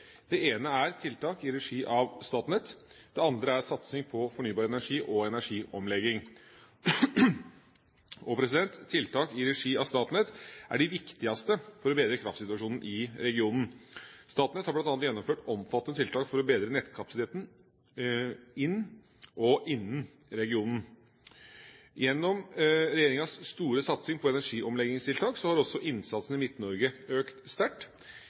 Det ene er tiltak i regi av Statnett, det andre er satsing på fornybarenergi og energiomlegging. Tiltak i regi av Statnett er det viktigste for å bedre kraftsituasjonen i regionen. Statnett har bl.a. gjennomført omfattende tiltak for å bedre nettkapasiteten inn i og innen regionen. Gjennom regjeringas store satsing på energiomleggingstiltak har også innsatsen i Midt-Norge økt sterkt.